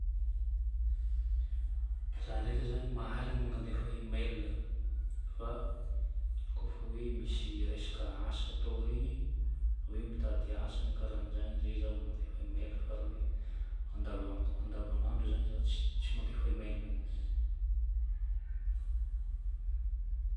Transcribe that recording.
Za ndraika zagny mahalagna mandefa email fa kôfa hoe misy resaka asa atao regny, hoe mitady asa na karan'izagny izay za vô mandefa email fa raha hoe andavanandro zagny za tsy mandefa email mihitsy.